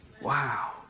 Wow